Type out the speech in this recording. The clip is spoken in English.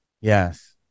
yes